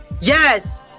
Yes